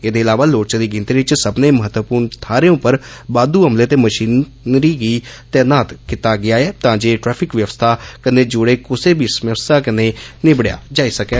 एहदे इलावा लोड़चदी गिनतरी च सब्बनें महत्वपूर्ण थहारें उप्पर बाददू अमले ते मशीनी गी तैनात कीता गेआ ऐ तां जे ट्रैफिक व्यवस्था कन्नै जुड़ी कुसै बी समस्या कन्नै निबड़ेआ जाई सकै